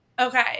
Okay